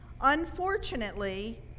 Unfortunately